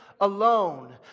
alone